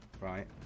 right